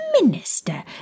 Minister